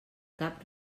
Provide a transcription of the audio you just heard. cap